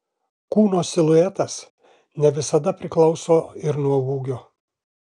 kūno siluetas ne visada priklauso ir nuo ūgio